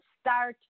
start